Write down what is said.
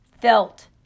felt